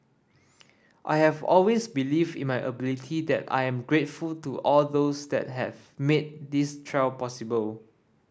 I have always believed in my ability and I am grateful to all those that have made this trial possible